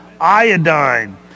iodine